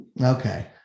Okay